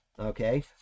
Okay